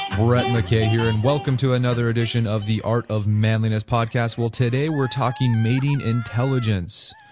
brett mckay here, and welcome to another edition of the art of manliness podcast well, today we are talking mating intelligence.